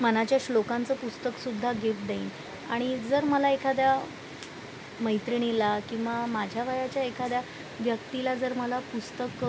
मनाच्या श्लोकांचं पुस्तकसुद्धा गिफ्ट देईन आणि जर मला एखाद्या मैत्रिणीला किंवा माझ्या वयाच्या एखाद्या व्यक्तीला जर मला पुस्तक